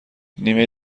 نیمه